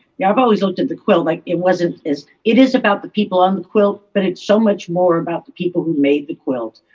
yeah i've always looked at the quilt like it wasn't is it is about the people on the quilt but it's so much more about the people who made the quilt